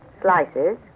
slices